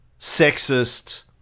sexist